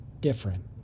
different